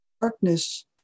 darkness